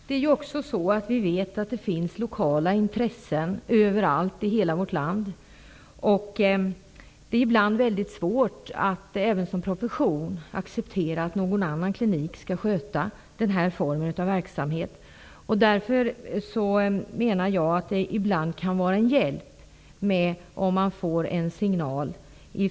Herr talman! Vi vet också att det finns lokala intressen överallt i hela vårt land. Det är ibland väldigt svårt, även för någon av den här professionen, att acceptera att en annan klinik skall sköta den här formen av verksamhet. Därför menar jag att det ibland kan vara en hjälp om regeringen ger en signal.